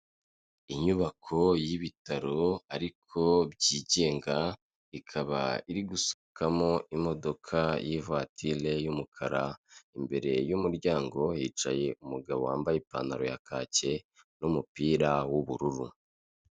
Inyubako y'ibitaro ariko byigenga, ikaba iri gusohokamo imodoka y'ivatire y'umukara, imbere y'umuryango hicaye umugabo wambaye ipantaro ya kake n'umupira w'ubururu.